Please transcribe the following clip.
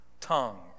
tongue